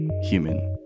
human